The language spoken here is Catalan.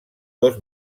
dos